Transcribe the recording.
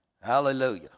Hallelujah